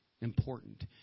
important